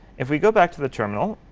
if we go back to the terminal,